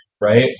right